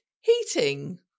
heating